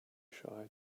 shy